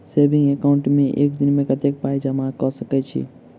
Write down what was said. Saving account मे एक दिनमे कतेक पाई जमा कऽ सकैत छी?